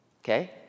okay